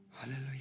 Hallelujah